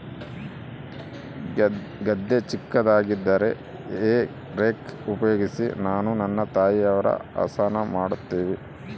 ಗದ್ದೆ ಚಿಕ್ಕದಾಗಿದ್ದರೆ hay rake ಉಪಯೋಗಿಸಿ ನಾನು ನನ್ನ ತಾಯಿಯವರು ಹಸನ ಮಾಡುತ್ತಿವಿ